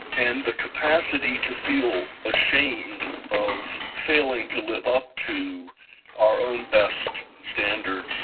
and the capacity to feel ashamed of failing to live up to our own best standards